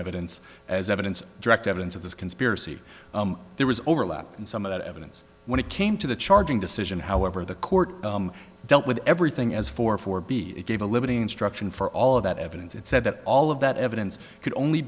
evidence as evidence of direct evidence of this conspiracy there was overlap and some of that evidence when it came to the charging decision however the court dealt with everything as four four b it gave a limiting instruction for all of that evidence it said that all of that evidence could only